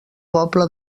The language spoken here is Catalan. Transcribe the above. poble